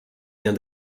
vient